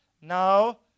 now